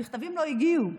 המכתבים לא הגיעו.